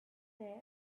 their